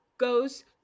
goes